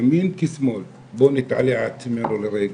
ימין כשמאל: בואו נתעלה על עצמנו לרגע.